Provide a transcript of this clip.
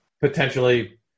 potentially